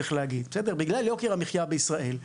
בגלל יוקר המחיה בישראל,